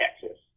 Texas